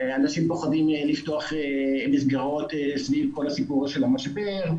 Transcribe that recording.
אנשים פוחדים לפתוח מסגרות סביב כל הסיפור של המשבר,